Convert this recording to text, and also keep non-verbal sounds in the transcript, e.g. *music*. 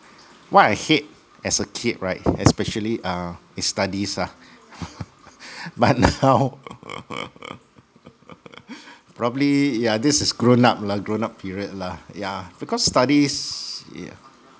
what I hate as a kid right especially err is studies lah *laughs* but now *laughs* probably yeah this is grown up lah grown up period lah yeah because studies yeah